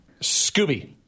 Scooby